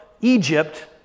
Egypt